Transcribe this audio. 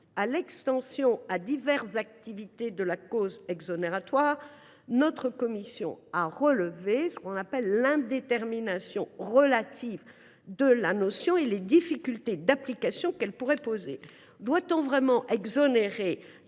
à l’extension à diverses activités de la cause exonératoire, la commission a relevé l’indétermination relative de la notion et les difficultés d’application qu’elle pourrait poser : doit on vraiment exonérer